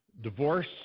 divorce